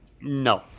No